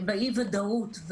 באי ודאות,